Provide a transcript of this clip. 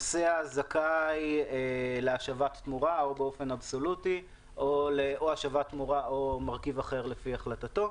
הנוסע זכאי להשבת תמורה או אבסולוטית או מרכיב אחר לפי החלטתו.